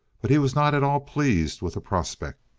but he was not at all pleased with the prospect.